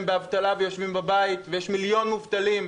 באבטלה ויושבים בבית ויש מיליון מובטלים,